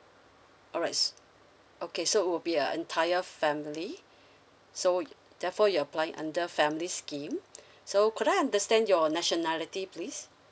alright okay so will be a entire family so therefore you applying under family scheme so could I understand your nationality please